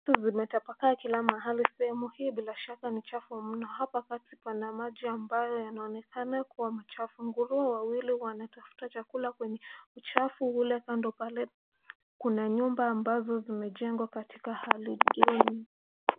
Zimetapakaa kila mahali. Sehemu hii bila shaka ni chafu mno. Hapa kati pana maji ambayo yanaonekana kuwa machafu. Nguruwe wawili wanatafuta chakula kwenye uchafu ule. Kando pale kuna nyumba ambazo zimejengwa katika hali duni.